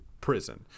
prison